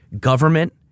government